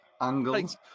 angles